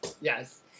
yes